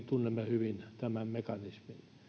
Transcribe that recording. tunnemme hyvin tämän mekanismin